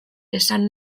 esan